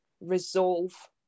resolve